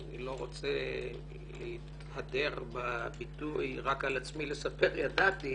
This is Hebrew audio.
אני לא רוצה להתהדר בביטוי "רק על עצמי לספר ידעתי"